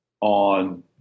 on